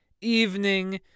evening